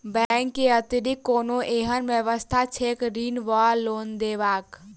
Bank केँ अतिरिक्त कोनो एहन व्यवस्था छैक ऋण वा लोनदेवाक?